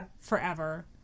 forever